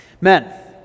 Men